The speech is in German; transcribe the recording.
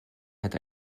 hat